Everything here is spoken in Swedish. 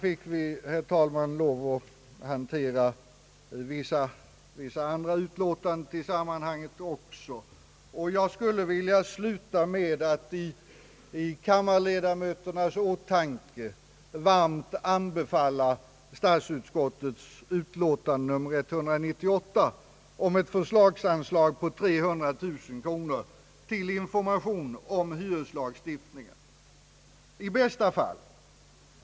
Vi har ju, herr talman, fått lov att också behandla vissa andra utlåtanden i detia sammanhang, och jag skulle vilja sluta med att i kammarledamöternas åtanke varmt anbefalla statsutskottets utlåtande nr 198 röranade ett förslagsanslag på 300 000 kronor till information om hyreslagstiftningen.